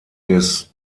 des